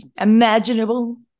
imaginable